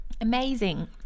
Amazing